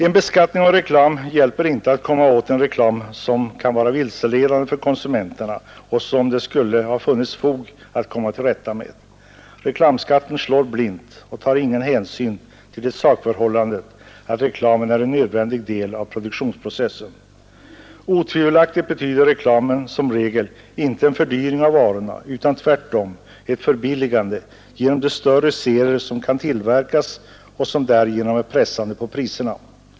En beskattning av reklam hjälper inte för att komma åt den reklam som kan vara vilseledande för konsumenterna och som det skulle ha funnits fog för att söka komma till rätta med. Reklamskatten slår blint och tar ingen hänsyn till det sakförhållandet att reklamen är en nödvändig del av produktionsprocessen. Otvivelaktigt betyder reklamen som regel inte en fördyring av varorna utan tvärtom ett förbilligande genom att större serier kan tillverkas och priserna därigenom kan pressas.